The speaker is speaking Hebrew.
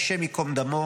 ה' ייקום דמו,